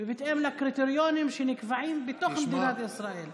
ובהתאם לקריטריונים שנקבעים בתוך מדינת ישראל.